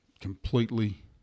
completely